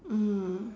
mm